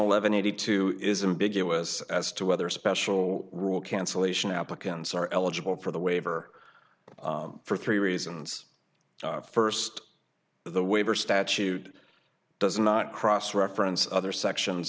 eleven eighty two is a big us as to whether special rule cancellation applicants are eligible for the waiver for three reasons first the waiver statute does not cross reference other sections